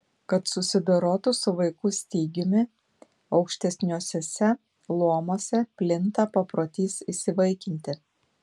kad susidorotų su vaikų stygiumi aukštesniuosiuose luomuose plinta paprotys įsivaikinti